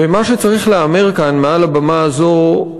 ומה שצריך להיאמר כאן, מעל הבמה הזאת,